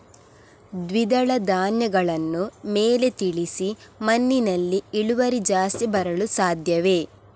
ದ್ವಿದಳ ಧ್ಯಾನಗಳನ್ನು ಮೇಲೆ ತಿಳಿಸಿ ಮಣ್ಣಿನಲ್ಲಿ ಇಳುವರಿ ಜಾಸ್ತಿ ಬರಲು ಸಾಧ್ಯವೇ?